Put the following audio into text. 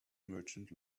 merchant